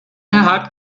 hat